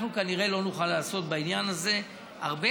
אנחנו כנראה לא נוכל לעשות בעניין הזה הרבה,